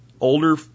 older